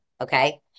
okay